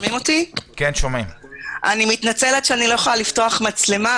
אני מתנצלת שאני לא יכולה לפתוח מצלמה,